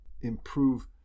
improve